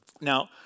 Now